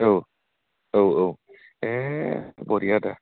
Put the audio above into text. औ औ औ एह बरिया आदा